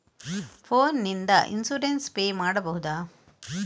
Phone ನಿಂದ insurance pay ಮಾಡಬಹುದ?